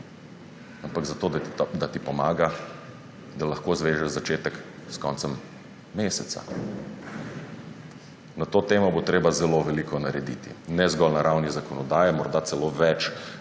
ampak zato, da ti pomaga, da lahko zvežeš začetek s koncem meseca. Na to temo bo treba zelo veliko narediti, ne zgolj na ravni zakonodaje, morda celo več